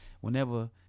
whenever